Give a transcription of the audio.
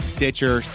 Stitcher